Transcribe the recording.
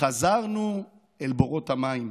חזרנו אל בורות המים,